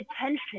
attention